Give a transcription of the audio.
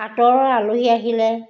আঁতৰৰ আলহী আহিলে